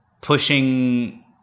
pushing